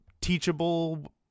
teachable